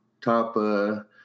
top –